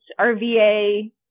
RVA